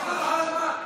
על הזמן,